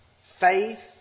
Faith